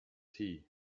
tea